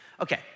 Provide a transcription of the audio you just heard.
Okay